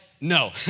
no